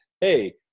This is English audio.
hey